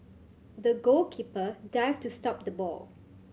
the goalkeeper dived to stop the ball